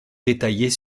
détaillées